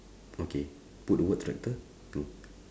okay put the word tractor mm